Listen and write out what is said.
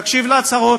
להקשיב להצהרות,